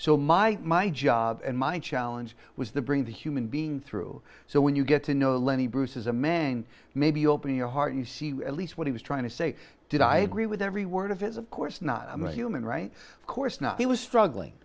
so my my job and my challenge was the bring the human being through so when you get to know lenny bruce is a man maybe open your heart you see at least what he was trying to say did i agree with every word of it is of course not i mean human right of course not he was struggling